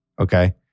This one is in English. Okay